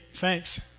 thanks